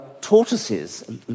tortoises